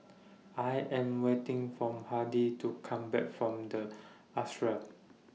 I Am waiting from Hardy to Come Back from The Ashram